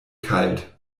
kalt